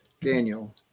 Daniel